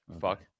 Fuck